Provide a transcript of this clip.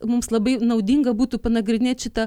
mums labai naudinga būtų panagrinėt šitą